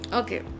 okay